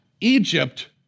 Egypt